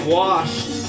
washed